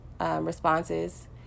responses